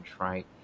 right